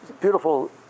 beautiful